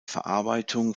verarbeitung